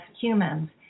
humans